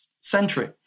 century